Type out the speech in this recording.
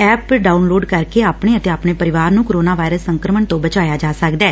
app download ਕਰਕੇ ਆਪਣੇ ਅਤੇ ਆਪਣੇ ਪਰਿਵਾਰ ਨੂੰ ਕੋਰੋਨਾ ਵਾਇਰਸ ਸੰਕਰਮਣ ਤੋਂ ਬਚਾਇਆ ਜਾ ਸਕਦੈ